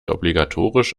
obligatorisch